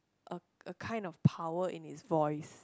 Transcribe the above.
a a kind of power in his voice